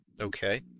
Okay